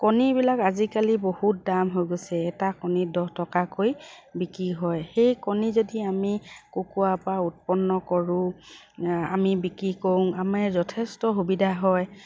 কণীবিলাক আজিকালি বহুত দাম হৈ গৈছে এটা কণী দহ টকাকৈ বিকি হয় সেই কণী যদি আমি কুকুৰাৰ পৰা উৎপন্ন কৰোঁ আমি বিক্ৰী কৰোঁ আমাৰ যথেষ্ট সুবিধা হয়